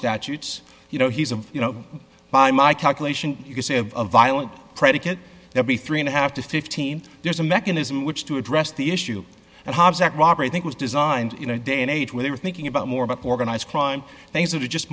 statutes you know he's a you know by my calculation you can say of violent predicate every three and a half to fifteen years a mechanism which to address the issue and hobbs that robbery i think was designed in a day and age where they were thinking about more about organized crime things that are just